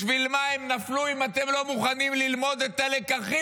בשביל מה הם נפלו אם אתם לא מוכנים ללמוד את הלקחים?